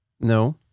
No